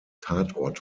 tatort